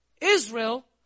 Israel